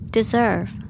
Deserve